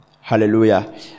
Hallelujah